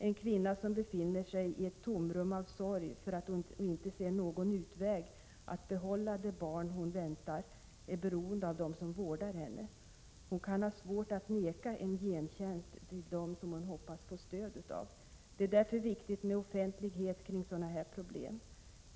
En kvinna som befinner sig i ett tomrum av sorg över att hon inte ser någon utväg att behålla det barn hon väntar är beroende av dem som vårdar henne. Hon kan ha svårt att neka en ”gentjänst” till dem som hon hoppas få stöd av. Det är därför viktigt med offentlighet kring sådana här problem.